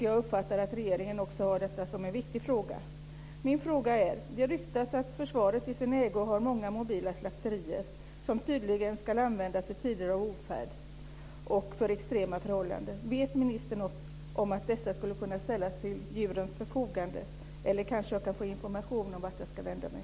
Jag uppfattar att regeringen också har detta som en viktig fråga. Min fråga är följande. Det ryktas att försvaret i sin ägo har många mobila slakterier som tydligen ska användas i tider av ofärd och för extrema förhållanden. Vet ministern något om att dessa skulle kunna ställas till djurens förfogande, eller kanske jag kan få information om vart jag ska vända mig?